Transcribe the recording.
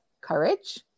courage